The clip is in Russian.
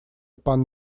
пан